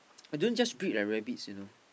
I don't just breed rabbits you know